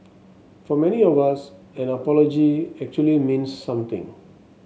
for many of us an apology actually means something